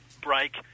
break